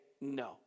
no